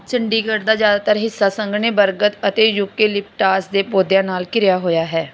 ਚੰਡੀਗੜ੍ਹ ਦਾ ਜ਼ਿਆਦਾਤਰ ਹਿੱਸਾ ਸੰਘਣੇ ਬਰਗਦ ਅਤੇ ਯੂਕੇਲਿਪਟਾਸ ਦੇ ਪੌਦਿਆਂ ਨਾਲ ਘਿਰਿਆ ਹੋਇਆ ਹੈ